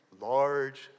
large